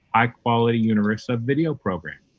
high quality universe of video program.